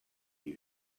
you